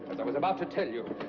as i was about to tell you,